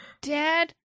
Dad